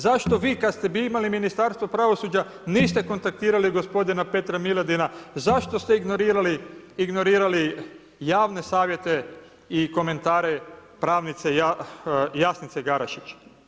Zašto vi kad ste imali Ministarstvo pravosuđa niste kontaktirali gospodina Petra Milodina, zašto ste ignorirali javne savjete i komentare pravnice Jasnice Garašić?